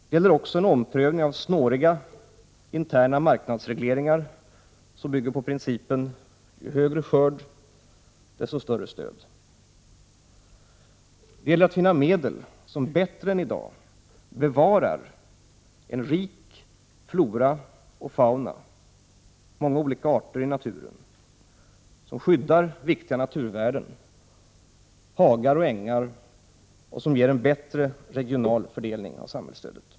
Det gäller också en omprövning av snåriga interna marknadsregleringar, som bygger på principen ju större skörd, desto större stöd. Det gäller att finna medel som bättre än i dag bevarar en rik flora och fauna, många olika arter i naturen, som skyddar viktiga naturvärden — hagar och ängar — och som ger en bättre regional fördelning av samhällsstödet.